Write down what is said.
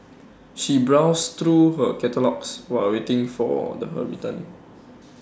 she browsed through her catalogues while A waiting for the her return